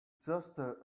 gesture